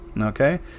Okay